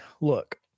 look